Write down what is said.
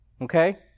Okay